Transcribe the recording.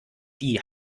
die